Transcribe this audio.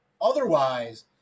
Otherwise